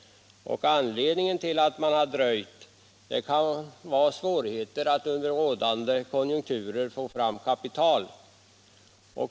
Anledningen till att man dröjt kan vara svårigheten att under rådande konjunkturer få fram kapital.